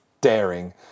daring